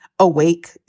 awake